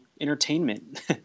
entertainment